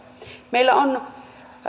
meillä on